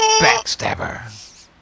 Backstabber